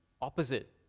opposite